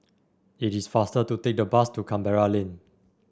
it is faster to take the bus to Canberra Lane